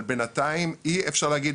אבל בינתיים אי אפשר להגיד,